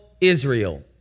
Israel